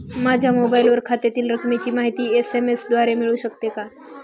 माझ्या मोबाईलवर खात्यातील रकमेची माहिती एस.एम.एस द्वारे मिळू शकते का?